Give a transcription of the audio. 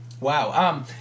Wow